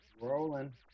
Rolling